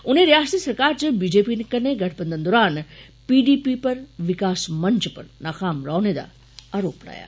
उनें रियासती सरकार च बी जे पी कन्नै गठबंधन दौरान पी डी पी पर विकास मंच पर नाकाम रौहने दा आरोप लाया